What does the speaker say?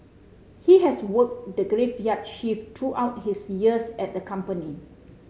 he has worked the graveyard shift throughout his years at the company